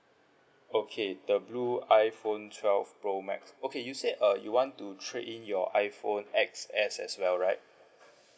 okay the blue iphone twelve pro max okay you say uh you want to trade in your iphone X S as well right